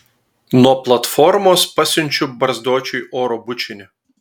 nuo platformos pasiunčiu barzdočiui oro bučinį